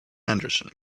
anderson